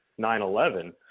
911